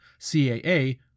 CAA